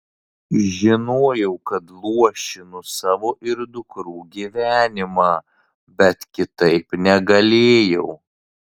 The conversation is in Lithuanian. žinojau kad luošinu savo ir dukrų gyvenimą bet kitaip negalėjau